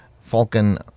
Falcon